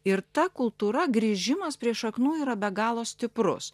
ir ta kultūra grįžimas prie šaknų yra be galo stiprus